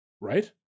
Right